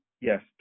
Yes